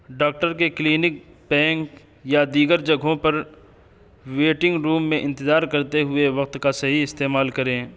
doctor کے clinic bank یا دیگر جگہوں پر ویٹنگ روم میں انتظار کرتے ہوئے وقت کا صحیح استعمال کریں